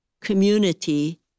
community